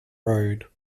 road